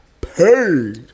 paid